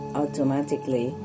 automatically